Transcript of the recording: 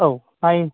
औ